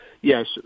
Yes